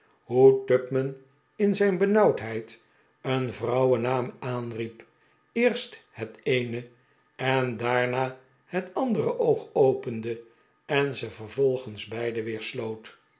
tupman in zijn benauwheid een vrpuwennaam aanriep eerst het eene en daarna het andefe oog opende en ze vervolgens beide weer sloot